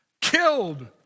killed